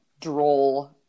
droll